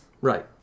Right